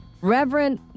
Reverend